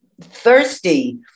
thirsty